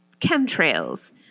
chemtrails